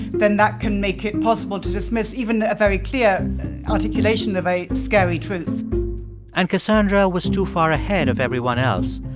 then that can make it possible to dismiss even a very clear articulation of a scary truth and cassandra was too far ahead of everyone else.